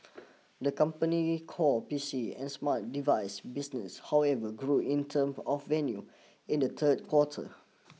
the company's core P C and smart device business however grew in term of revenue in the third quarter